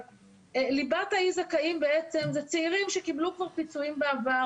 ליבת האי זכאים בעצם זה צעירים שקיבלו כבר פיצויים בעבר,